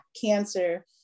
cancer